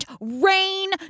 rain